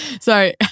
Sorry